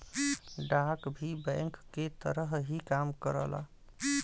डाक भी बैंक के तरह ही काम करेला